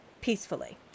peacefully